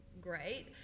great